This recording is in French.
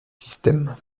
systèmes